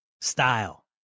style